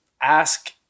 ask